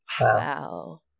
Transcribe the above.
Wow